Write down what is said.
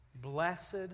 Blessed